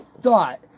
thought